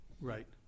Right